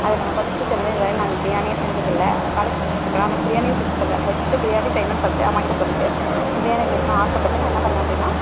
first செய்ய இதுவரையும் நாங்கள் பிரியாணியே செஞ்சதுல்லை காலேஜ் படிச்சிகிட்டு இருக்கேன் அதனால பிரியாணியே செஞ்சு தரலை ஃபர்ஸ்டு பிரியாணி செய்யணும் சொல்லிட்டு அம்மா கிட்ட சொல்லிவிட்டு பிரியாணி செய்யணுன்னு ஆசைபட்டு நான் என்ன பண்ணேன் அப்படினா